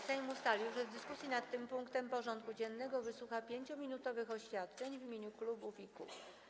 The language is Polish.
Sejm ustalił, że w dyskusji nad tym punktem porządku dziennego wysłucha 5-minutowych oświadczeń w imieniu klubów i kół.